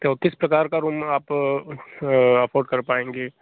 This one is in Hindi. क्यों किस प्रकार का रूम आप अफोर्ड कर पाएँगे